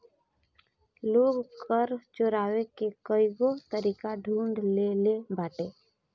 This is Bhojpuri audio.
लोग कर चोरावे के कईगो तरीका ढूंढ ले लेले बाटे